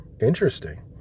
interesting